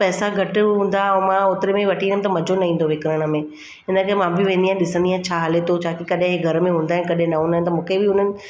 पैसा घटि हूंदा ऐं मां होतिरे में ई वठी वियमि त मज़ो न ईंदो विकिरण में हिन करे मां बि वेंदी आहियां ॾिसंदी आहे छा हले थो छा की कॾहिं इहे घर में हूंदा कॾहिं न हूंदा आहिनि त मूंखे बि हुननि